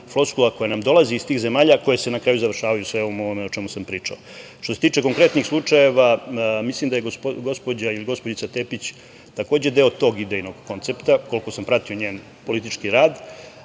floskula koja nam dolazi iz tih zemalja koje se na kraju završavaju svim ovim o čemu sam pričao. Što se tiče konkretnih slučajeva, mislim da je gospođa ili gospođica Tepić takođe deo tog idejnog koncepta, koliko sam pratio njen politički rad.